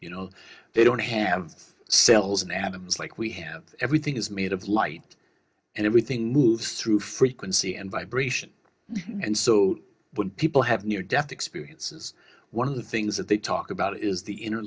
you know they don't have cells in adam's like we have everything is made of light and everything moves through frequency and vibration and so when people have near death experiences one of the things that they talk about is the inner